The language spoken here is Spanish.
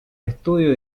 estudio